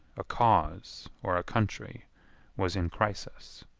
a cause, or a country was in crisis.